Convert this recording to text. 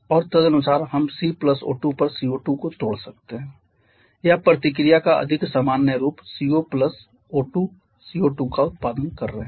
और तदनुसार हम C O2 पर CO2 को तोड़ सकते हैं या प्रतिक्रिया का अधिक सामान्य रूप CO O2 CO2 का उत्पादन कर रहे हैं